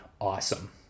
awesome